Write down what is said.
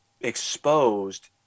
exposed